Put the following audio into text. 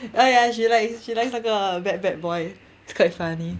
ya ya she likes 那个 bad bad boy it's quite funny